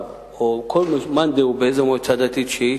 או ממאן דהוא באיזו מועצה דתית שהיא,